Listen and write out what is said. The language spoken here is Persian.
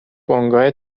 بنگاه